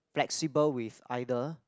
flexible with either